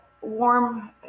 warm